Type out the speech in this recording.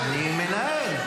אני מנהל,